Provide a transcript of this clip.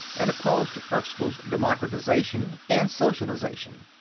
and opposed to erkyll's democratization and socialization.